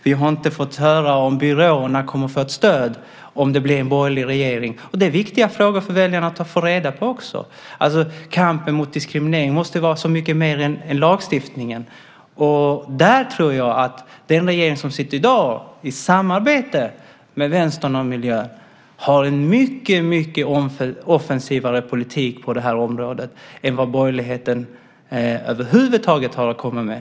Vi har inte fått höra om byråerna kommer att få ett stöd om det blir en borgerlig regering. Det är viktiga frågor för väljarna att få reda på också. Kampen mot diskriminering måste vara så mycket mer än lagstiftningen. Jag tror att den regering som sitter i dag i samarbete med Vänstern och Miljöpartiet har en mycket mer offensiv politik på det här området än vad borgerligheten över huvud taget har att komma med.